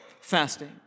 fasting